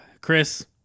Chris